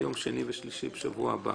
ביום שני ושלישי בשבוע הבא.